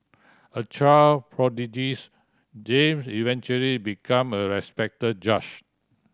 a child prodigy James eventually became a respected judge